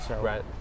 Right